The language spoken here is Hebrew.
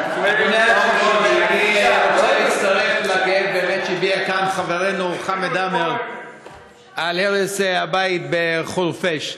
אני רוצה להצטרף לכאב שהביע כאן חברנו חמד עמאר על הרס הבית בחורפיש.